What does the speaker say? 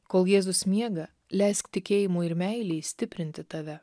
kol jėzus miega leisk tikėjimui ir meilei stiprinti tave